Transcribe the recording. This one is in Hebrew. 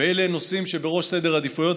אלה נושאים שבראש סדר העדיפויות,